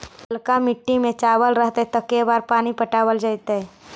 ललका मिट्टी में चावल रहतै त के बार पानी पटावल जेतै?